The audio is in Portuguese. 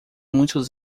muitos